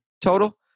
total